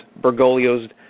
Bergoglio's